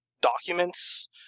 documents